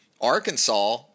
Arkansas